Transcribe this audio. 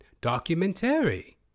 documentary